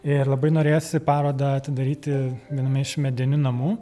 ir labai norėjosi parodą atidaryti viename iš medinių namų